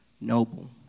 noble